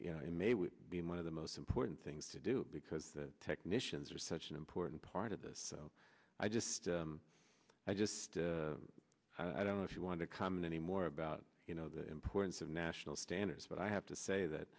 probably being one of the most important things to do because the technicians are such an important part of this so i just i just i don't know if you want to come in any more about you know the importance of national standards but i have to say that